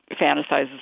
fantasizes